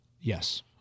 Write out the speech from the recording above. yes